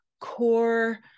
core